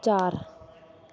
चारि